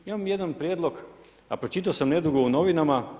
Imam jedan prijedlog, a pročitao sam nedavno u novinama.